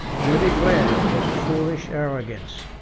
you declare, with foolish arrogance,